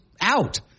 out